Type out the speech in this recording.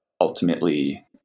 ultimately